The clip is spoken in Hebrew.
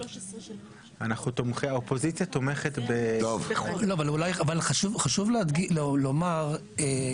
האופוזיציה תומכת ב --- אבל חשוב לומר,